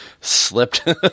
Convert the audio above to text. slipped